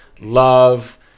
love